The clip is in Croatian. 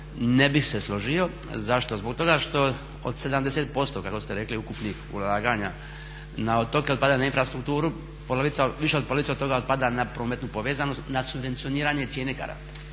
ne bih se složio. Zašto, zbog toga što od 70% kako ste rekli ukupnih ulaganja na otoke otpada na infrastrukturu, više od polovice od toga otpada na prometnu povezanost, na subvencioniranje …. Pa